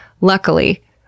luckily